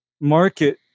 market